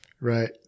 Right